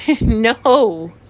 No